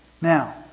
Now